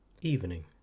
Evening